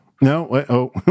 No